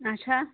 اَچھا